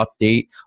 update